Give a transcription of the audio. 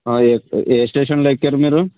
ఏ స్టేషన్లో ఎక్కారు మీరు